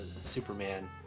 Superman